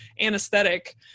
anesthetic